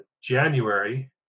January